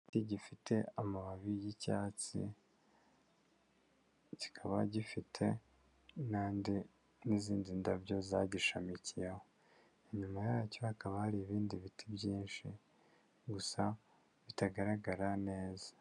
Igiti gifite amababi y'icyatsi, kikaba gifite n'andi n'izindi ndabyo zagishamikiyeho, inyuma yacyo hakaba hari ibindi biti byinshi gusa bitagaragara neza.